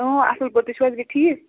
اصل پٲٹھۍ تُہۍ چھِو حظ بیٚیہِ ٹھیک